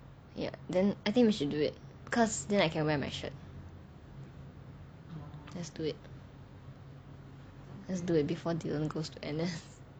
ya then I think we should do it because then I can wear my shirt let's do it let's do it before dylan goes to N_S